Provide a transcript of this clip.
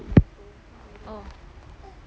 oh